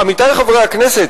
עמיתי חברי הכנסת,